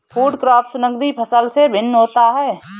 food crops नगदी फसल से भिन्न होता है